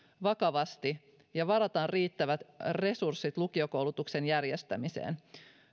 vakavasti ja varataan riittävät resurssit lukiokoulutuksen järjestämiseen